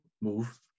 move